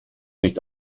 nicht